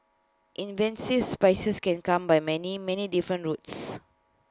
invasive species can come by many many different routes